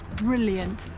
brilliant,